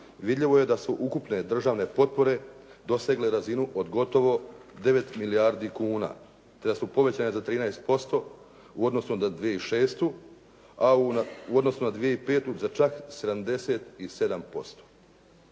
vidljivo je da su ukupne državne potpore dosegle razinu od gotovo 9 milijardi kuna. Da su povećane za 13% u odnosu na 2006., a u odnosnu na 2005. za čak 77%.